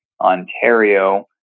Ontario